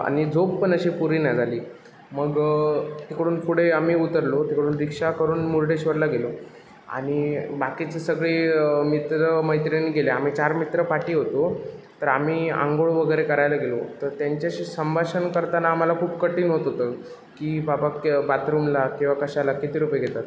आणि झोप पण अशी पुरी नाही झाली मग इकडून पुढे आम्ही उतरलो तिकडून रिक्षा करून मुर्डेश्वरला गेलो आणि बाकीचं सगळे मित्रमैत्रिणी गेल्या आम्ही चार मित्र पाठी होतो तर आम्ही आंघोळ वगैरे करायला गेलो तर त्यांच्याशी संभाषण करताना आम्हाला खूप कठीण होत होतं की बाबा क्य बातरूमला किंवा कशाला किती रुपये घेतात